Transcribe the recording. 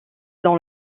dans